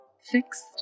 fixed